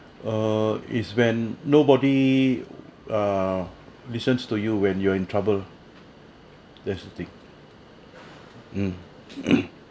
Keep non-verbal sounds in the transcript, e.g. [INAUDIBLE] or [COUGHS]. err is when nobody listens to you when you're in trouble that's the thing mm [COUGHS]